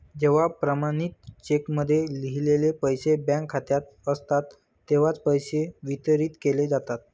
जेव्हा प्रमाणित चेकमध्ये लिहिलेले पैसे बँक खात्यात असतात तेव्हाच पैसे वितरित केले जातात